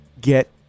get